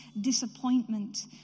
disappointment